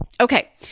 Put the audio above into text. Okay